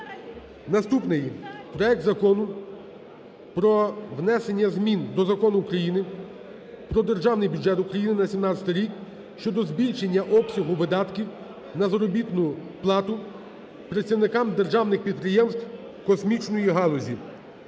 Наступний: проект Закону про внесення змін до Закону України "про Державний бюджет України на 2017 рік" щодо збільшення обсягу видатків на заробітну плату працівникам державних підприємств космічної галузі.